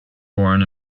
born